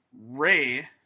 Ray